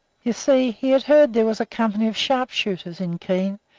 you see, he had heard there was a company of sharpshooters in keene,